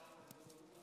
כנסת נכבדה,